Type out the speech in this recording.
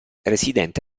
residente